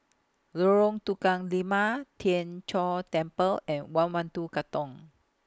Lorong Tukang Lima Tien Chor Temple and one one two Katong